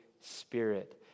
Spirit